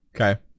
okay